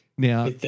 Now